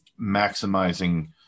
maximizing